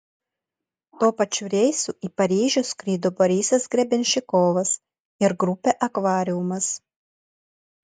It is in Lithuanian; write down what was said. tuo pačiu reisu į paryžių skrido borisas grebenščikovas ir grupė akvariumas